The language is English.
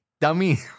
dummy